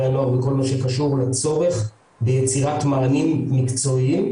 הנוער בכל מה שקשור לצורך ביצירת מענים מקצועיים,